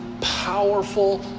powerful